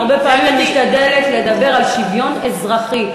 הרבה פעמים אני משתדלת לדבר על שוויון אזרחי.